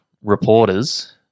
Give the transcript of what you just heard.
reporters